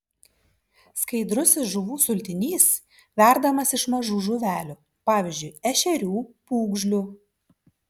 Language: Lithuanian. skaidrusis žuvų sultinys verdamas iš mažų žuvelių pavyzdžiui ešerių pūgžlių